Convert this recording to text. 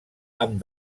amb